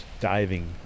diving